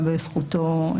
בזכותו של